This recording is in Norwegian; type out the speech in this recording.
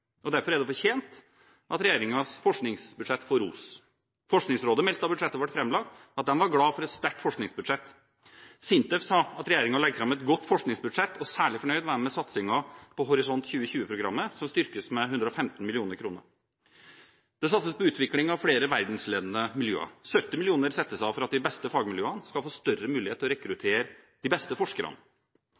regjeringserklæringen. Derfor er det fortjent at regjeringens forskningsbudsjett får ros. Forskningsrådet meldte da budsjettet ble framlagt, at de var glade for et sterkt forskningsbudsjett. SINTEF sa at regjeringen legger fram et godt forskningsbudsjett, og særlig fornøyde var de med satsingen på Horisont 2020-programmet, som styrkes med 115 mill. kr. Det satses på utvikling av flere verdensledende miljøer. 70 mill. kr settes av for at de beste fagmiljøene skal få større mulighet til å rekruttere de beste forskerne.